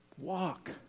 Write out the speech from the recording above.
walk